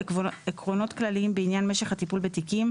עקרונות כללים בעניין משך זמן הטיפול בתיקים,